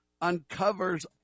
uncovers